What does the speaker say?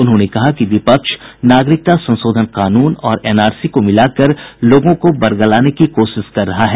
उन्होंने कहा कि विपक्ष नागरिकता संशोधन कानून और एनआरसी को मिलाकर लोगों को बरगलाने की कोशिश कर रहा है